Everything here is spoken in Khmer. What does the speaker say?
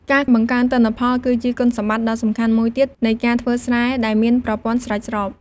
ការបង្កើនទិន្នផល គឺជាគុណសម្បត្តិដ៏សំខាន់មួយទៀតនៃការធ្វើស្រែដែលមានប្រព័ន្ធស្រោចស្រព។